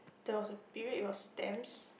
there was a period it was stamps